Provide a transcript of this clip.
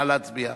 נא להצביע.